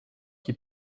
qui